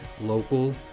local